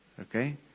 Okay